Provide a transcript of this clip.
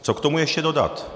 Co k tomu ještě dodat?